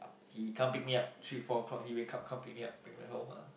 he come pick me up three four o-clock he wake up come pick me up bring me back home ah